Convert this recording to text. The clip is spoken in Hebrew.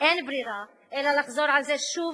אין ברירה אלא לחזור על זה שוב ושוב,